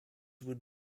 would